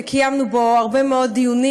וקיימנו בו הרבה מאוד דיונים,